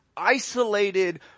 isolated